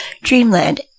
Dreamland